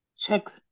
Checks